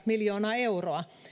miljoonaa euroa